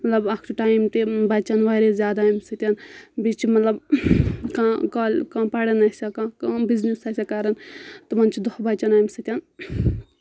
مطلب اَکھ چھُ ٹایم تہِ بَچَن واریاہ زیادٕ اَمہِ سۭتۍ بیٚیہِ چھِ مطلب کانٛہہ کال پَران آسہِ یا کانٛہہ کانٛہہ بِزنِس آسہِ یا کَران تمَن چھُ دۄہ بَچَان اَمہِ سۭتۍ